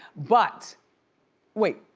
but wait,